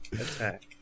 attack